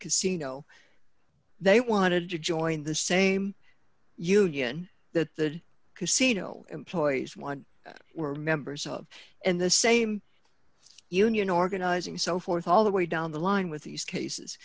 casino they wanted to join the same union that the casino employees one were members of and the same union organizing so forth all the way down the line with these cases